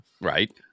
Right